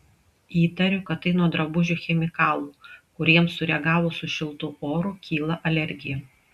įtariu kad tai nuo drabužių chemikalų kuriems sureagavus su šiltu oru kyla alergija